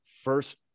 first